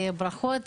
ברכות לכולם.